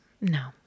No